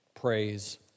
praise